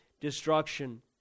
destruction